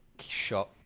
shot